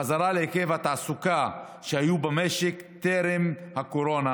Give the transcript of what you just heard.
חזרה להיקף התעסוקה שהיה במשק טרום הקורונה